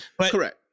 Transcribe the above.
Correct